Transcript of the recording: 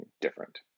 different